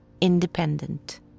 independent